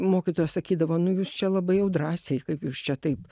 mokytoja sakydavo nu jūs čia labai jau drąsiai kaip jūs čia taip